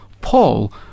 Paul